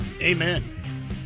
Amen